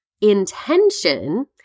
intention